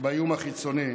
האיום החיצוני,